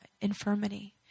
infirmity